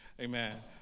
Amen